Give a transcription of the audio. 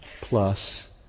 plus